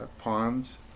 ponds